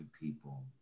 people